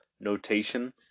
notation